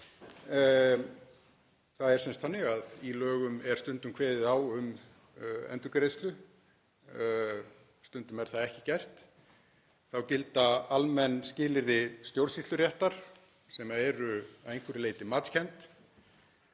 Það er sem sagt þannig að í lögum er stundum kveðið á um endurgreiðslu. Stundum er það ekki gert. Þá gilda almenn skilyrði stjórnsýsluréttar sem eru að einhverju leyti matskennd.